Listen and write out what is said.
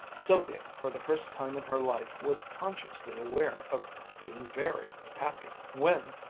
sylvia for the first time in her life was consciously aware of being very happy. when,